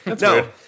No